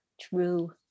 True